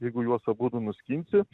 jeigu juos abudu nuskinsi